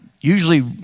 usually